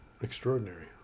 extraordinary